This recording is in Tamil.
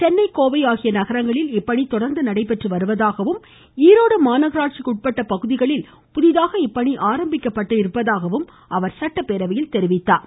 சென்னை கோவை ஆகிய நகரங்களில் இப்பணி தொடர்ந்து நடைபெற்று வருவதாகவும் ஈரோடு மாநகராட்சிக்குட்பட்ட பகுதிகளில் புதிதாக இப்பணி ஆரம்பிக்கப்பட்டிருப்பதாகவும் அவர் குறிப்பிட்டார்